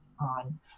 on